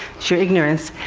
sheer ignorance.